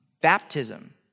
baptism